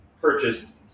purchased